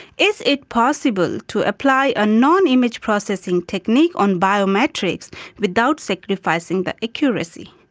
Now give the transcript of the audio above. is it possible to apply a non-image processing technique on biometrics without sacrificing the accuracy?